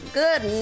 good